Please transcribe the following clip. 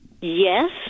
Yes